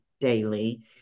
daily